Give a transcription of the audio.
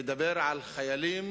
הוא מדבר על חיילים,